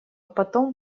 потом